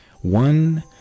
one